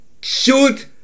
Shoot